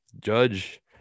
Judge